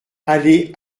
allée